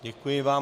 Děkuji vám.